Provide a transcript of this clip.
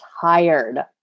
tired